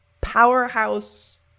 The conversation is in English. powerhouse